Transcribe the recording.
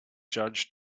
judge